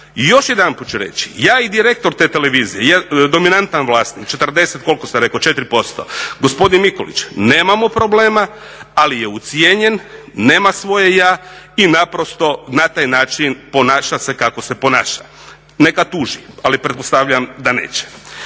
još jedanput ću reći, ja i direktor te televizije, dominantan vlasnik 40, koliko sam rekao, 44%, gospodin Mikulić nemamo problema ali je ucijenjen, nema svoje ja i naprosto na taj način ponaša se kako se ponaša. Neka tuži, ali pretpostavljam da neće.